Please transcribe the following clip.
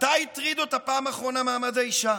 מתי הטריד אותה בפעם האחרונה מעמד האישה?